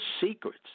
secrets